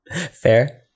Fair